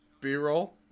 B-roll